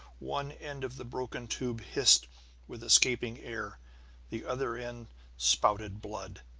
one end of the broken tube hissed with escaping air the other end spouted blood.